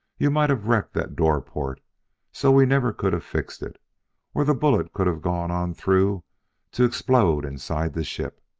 you might have wrecked that door-port so we never could have fixed it or the bullet could have gone on through to explode inside the ship.